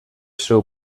seu